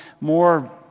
more